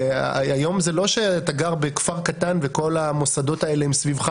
היום זה לא שאתה גר בכפר קטן וכל המוסדות האלה הם סביבך,